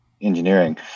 engineering